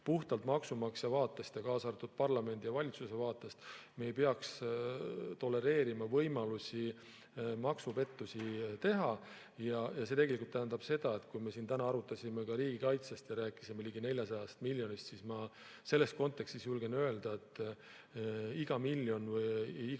puhtalt maksumaksja vaatest ja ka parlamendi ja valitsuse vaatest me ei peaks tolereerima võimalusi maksupettusi teha. Ja see tegelikult tähendab seda, et kui me siin täna arutasime ka riigikaitset ja rääkisime ligi 400 miljonist, siis ma selles kontekstis julgen öelda, et iga miljon või iga